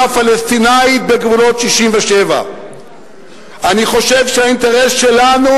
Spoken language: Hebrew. פלסטינית בגבולות 67'. אני חושב שהאינטרס שלנו,